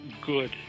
good